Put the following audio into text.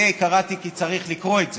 את זה קראתי כי צריך לקרוא את זה.